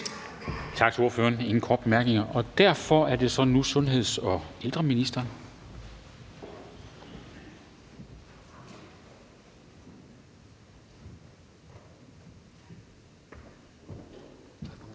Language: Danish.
Tak til ordføreren. Der er ingen korte bemærkninger. Derfor er det så nu sundheds- og ældreministeren.